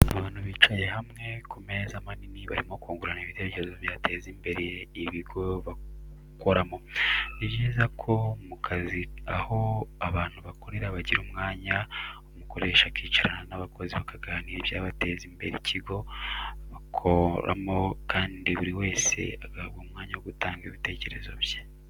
Abantu bicaye hamwe ku meza manini barimo kungurana ibitekerezo byateza imbere ikigo bakoramo. Ni byiza ko mu kazi aho abantu bakorera bagira umwanya umukoresha akicarana n'abakozi bakaganira ibyateza imbere ikigo bakoramo kandi buri wese agahabwa umwanya wo gutanga ibitekerezo bye.